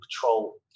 control